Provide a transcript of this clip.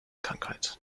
krankheit